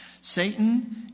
Satan